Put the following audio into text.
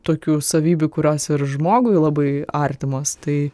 tokių savybių kurios ir žmogui labai artimos tai